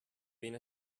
being